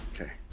Okay